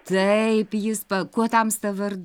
taip jis pa kuo tamsta vard